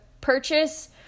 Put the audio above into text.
purchase